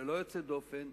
ללא יוצא דופן,